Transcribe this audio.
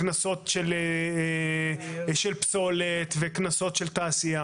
הקנסות של פסולת, הקנסות של תעשייה